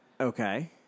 Okay